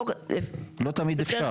לא תמיד אפשר.